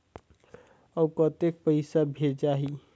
अउ कतेक पइसा भेजाही?